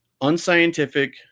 unscientific